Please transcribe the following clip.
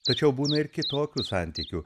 tačiau būna ir kitokių santykių